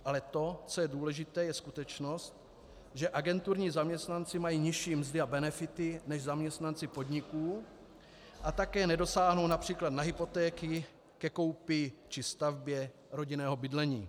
Ale to, co je důležité, je skutečnost, že agenturní zaměstnanci mají nižší mzdy a benefity než zaměstnanci podniků a také nedosáhnou například na hypotéky ke koupi či stavbě rodinného bydlení.